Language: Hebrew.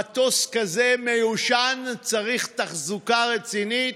מטוס כזה מיושן צריך תחזוקה רצינית,